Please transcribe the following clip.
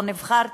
או נבחרת,